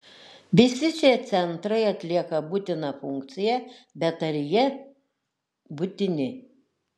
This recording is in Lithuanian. visi šie centrai atlieka būtiną funkciją bet ar jie būtini